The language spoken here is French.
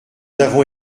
avons